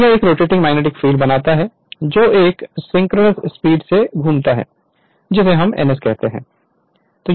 और यह एक रोटेटिंग मैग्नेटिक फील्ड बनाता है जो एक सिंक्रोनस स्पीड से घूमता है जिसे हम ns कहते हैं